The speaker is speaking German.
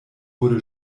wurde